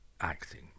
acting